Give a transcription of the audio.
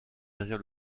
derrière